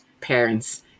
parents